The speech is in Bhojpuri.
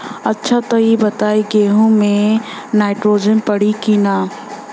अच्छा त ई बताईं गेहूँ मे नाइट्रोजन पड़ी कि ना?